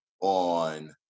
on